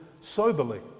soberly